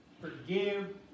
forgive